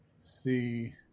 see